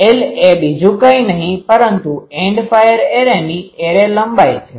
L એ બીજું કઈ નહિ પરંતુ એન્ડ ફાયર એરેની એરે લંબાઈ છે